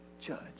judge